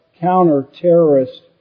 counter-terrorist